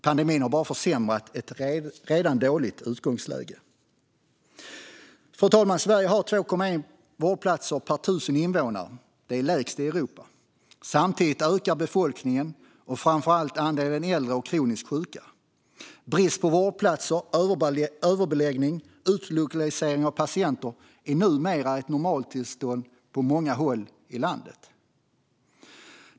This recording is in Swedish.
Pandemin har bara försämrat ett redan dåligt utgångsläge. Fru talman! Sverige har 2,1 vårdplatser per 1 000 invånare, vilket är lägst i Europa. Samtidigt ökar befolkningen, framför allt andelen äldre och kroniskt sjuka. Brist på vårdplatser, överbeläggning och utlokalisering av patienter är numera ett normaltillstånd på många håll i landet.